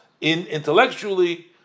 intellectually